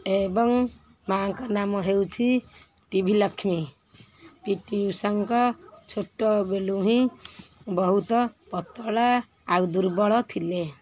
ଏବଂ ମାଆଙ୍କ ନାମ ହେଉଛି ଟିଭି ଲକ୍ଷ୍ମୀ ପି ଟି ଉଷାଙ୍କ ଛୋଟ ବେଳୁ ହିଁ ବହୁତ ପତଳା ଆଉ ଦୁର୍ବଳ ଥିଲେ